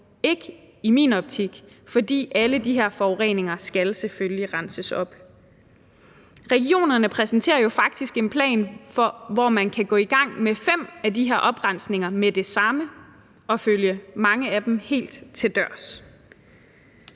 ikke i min optik, fordi alle de her forureninger selvfølgelig skal renses op. Regionerne præsenterer jo faktisk en plan for, hvor man kan gå i gang med fem af de her oprensninger med det samme og følge mange af dem helt til dørs.